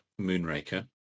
Moonraker